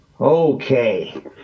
Okay